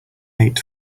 eight